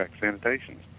sanitation